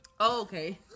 Okay